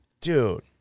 Dude